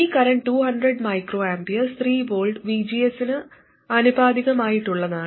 ഈ current 200 µA 3 V VGS നു ആനുപാതികമായിട്ടുള്ളതാണ്